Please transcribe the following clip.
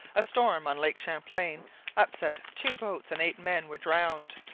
a storm on lake champlain upset two boats and eight men were drowned.